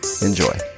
Enjoy